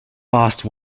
lost